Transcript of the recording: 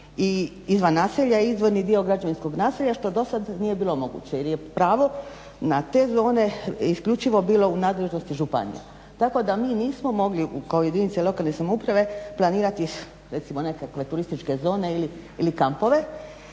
izvan naselja i izvorni dio građevinskog naselja što do sad nije bilo moguće, jer je pravo na te zone isključivo bilo u nadležnosti županija. Tako da mi nismo mogli kao jedinice lokalne samouprave planirati recimo nekakve turističke zone ili kampove.